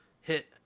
hit